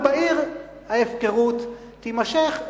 ובעיר ההפקרות תימשך,